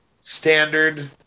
standard